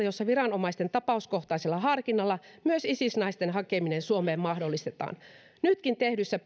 jossa viranomaisten tapauskohtaisella harkinnalla myös isis naisten hakeminen suomeen mahdollistetaan nytkin tehdyssä